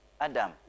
Adam